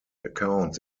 accounts